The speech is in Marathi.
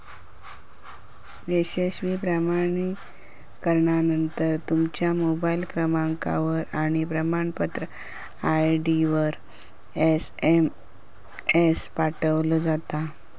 यशस्वी प्रमाणीकरणानंतर, तुमच्या मोबाईल क्रमांकावर आणि प्रमाणपत्र आय.डीवर एसएमएस पाठवलो जाता